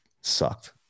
sucked